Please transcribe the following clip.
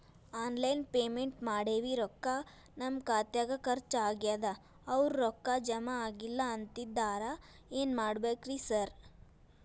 Online payment ಮಾಡೇವಿ ರೊಕ್ಕಾ ನಮ್ ಖಾತ್ಯಾಗ ಖರ್ಚ್ ಆಗ್ಯಾದ ಅವ್ರ್ ರೊಕ್ಕ ಜಮಾ ಆಗಿಲ್ಲ ಅಂತಿದ್ದಾರ ಏನ್ ಮಾಡ್ಬೇಕ್ರಿ ಸರ್?